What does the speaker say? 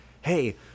hey